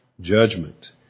judgment